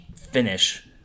finish